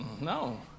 No